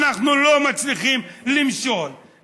אנחנו לא מצליחים למשול,